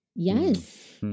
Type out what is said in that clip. Yes